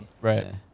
right